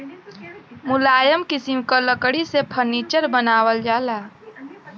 मुलायम किसिम क लकड़ी से फर्नीचर बनावल जाला